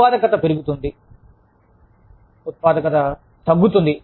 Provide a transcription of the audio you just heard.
ఉత్పాదకత కూడా తగ్గుతుంది